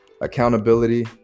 Accountability